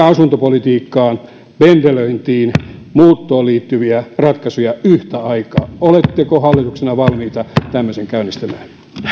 asuntopolitiikkaan pendelöintiin muuttoon liittyviä ratkaisuja yhtä aikaa oletteko hallituksena valmiita tämmöisen käynnistämään